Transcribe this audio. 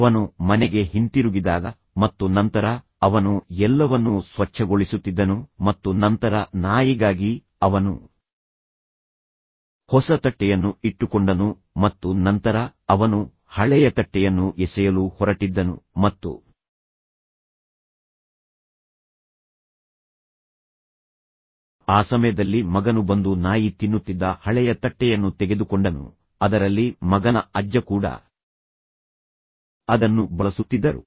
ಅವನು ಮನೆಗೆ ಹಿಂತಿರುಗಿದಾಗ ಮತ್ತು ನಂತರ ಅವನು ಎಲ್ಲವನ್ನೂ ಸ್ವಚ್ಛಗೊಳಿಸುತ್ತಿದ್ದನು ಮತ್ತು ನಂತರ ನಾಯಿಗಾಗಿ ಅವನು ಹೊಸ ತಟ್ಟೆಯನ್ನು ಇಟ್ಟುಕೊಂಡನು ಮತ್ತು ನಂತರ ಅವನು ಹಳೆಯ ತಟ್ಟೆಯನ್ನು ಎಸೆಯಲು ಹೊರಟಿದ್ದನು ಮತ್ತು 6ಆ ಸಮಯದಲ್ಲಿ ಮಗನು ಬಂದು ನಾಯಿ ತಿನ್ನುತ್ತಿದ್ದ ಹಳೆಯ ತಟ್ಟೆಯನ್ನು ತೆಗೆದುಕೊಂಡನು ಅದರಲ್ಲಿ ಮಗನ ಅಜ್ಜ ಕೂಡ ಅದನ್ನು ಬಳಸುತ್ತಿದ್ದರು